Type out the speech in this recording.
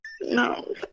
No